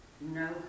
no